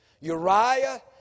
Uriah